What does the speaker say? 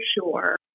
sure